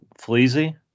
Fleazy